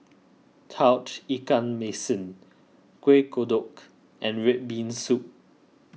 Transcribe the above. Tauge Ikan Masin Kueh Kodok and Red Bean Soup